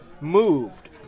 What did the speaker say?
moved